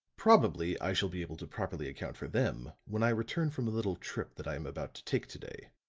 probably i shall be able to properly account for them when i return from a little trip that i am about to take to-day,